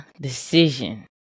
decision